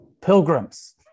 pilgrims